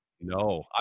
No